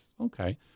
okay